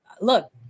look